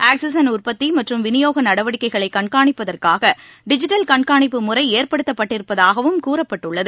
oxygen உற்பத்தி மற்றும் விநியோக நடவடிக்கைகளைக் கண்காணிப்பதற்காக டிஜிட்டல் கண்காணிப்பு முறை ஏற்படுத்தப்பட்டிருப்பதாகவும் கூறப்பட்டுள்ளது